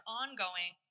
ongoing